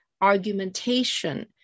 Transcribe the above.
argumentation